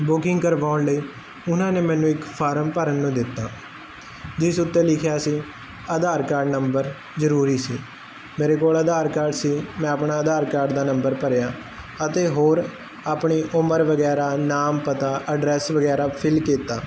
booking ਕਰਵਾਉਣ ਲਈ ਉਹਨਾਂ ਨੇ ਮੈਨੂੰ ਇੱਕ ਫਾਰਮ ਭਰਨ ਨੂੰ ਦਿੱਤਾ ਜਿਸ ਉੱਤੇ ਲਿਖਿਆ ਸੀ ਆਧਾਰ ਕਾਰਡ ਨੰਬਰ ਜਰੂਰੀ ਸੀ ਮੇਰੇ ਕੋਲ ਆਧਾਰ ਕਾਰਡ ਸੀ ਮੈਂ ਆਪਣਾ ਆਧਾਰ ਕਾਰਡ ਦਾ ਨੰਬਰ ਭਰਿਆ ਅਤੇ ਹੋਰ ਆਪਣੀ ਉਮਰ ਵਗੈਰਾ ਨਾਮ ਪਤਾ ਐਡਰੈਸ ਵਗੈਰਾ ਫਿਲ ਕੀਤਾ